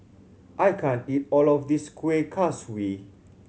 I can't eat all of this Kueh Kaswi